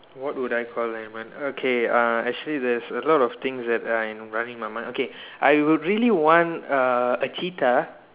what would I call an animal okay uh actually there's a lot of things that I running in my mind okay I would really want uh a cheetah